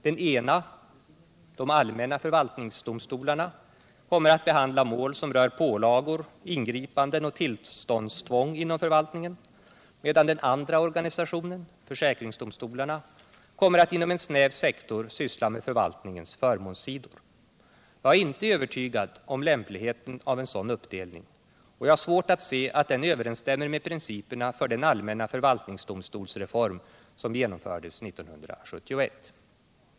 Den ena —- de allmänna förvaltningsdomstolarna - kommer att behandla mål som rör pålagor, ingripanden och tillståndstvång inom förvaltningen, medan den andra organisationen — försäkringsdomstolarna - kommer att inom en snäv sektor syssla med förvaltningens förmånssidor. Jag är inte övertygad om lämpligheten av en sådan uppdelning, och jag har svårt att se att den överensstämmer med principerna för den allmänna förvaltningsdomstolsreform som genomfördes 1971.